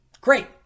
Great